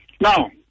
Now